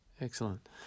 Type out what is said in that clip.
excellent